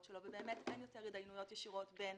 שלו ובאמת אין יותר התדיינויות ישירות בין